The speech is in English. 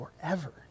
forever